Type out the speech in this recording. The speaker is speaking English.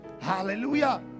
Hallelujah